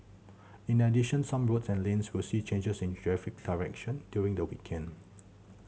in addition some roads and lanes will see changes in traffic direction during the weekend